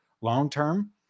long-term